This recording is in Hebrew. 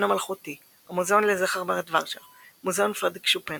המלכותי המוזיאון לזכר מרד ורשה מוזיאון פרדריק שופן